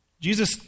Jesus